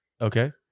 Okay